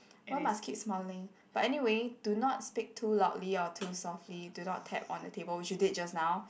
why must keep smiling but anyway do not speak too loudly or too softly do not tap on the table which you did just now